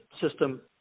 system